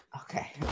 Okay